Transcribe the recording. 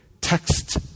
text